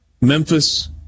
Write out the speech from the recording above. Memphis